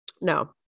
No